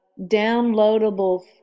downloadable